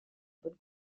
bonne